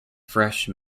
fresh